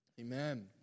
amen